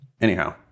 Anyhow